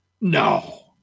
no